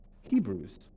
Hebrews